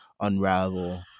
unravel